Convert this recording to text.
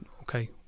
okay